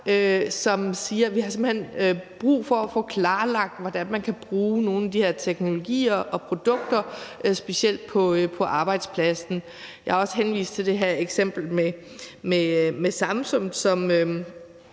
som siger, at vi simpelt hen har brug for at få klarlagt, hvordan man kan bruge nogle af de her teknologier og produkter, specielt på arbejdspladsen. Jeg har også henvist til det her eksempel med Samsung,